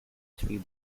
three